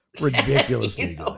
ridiculously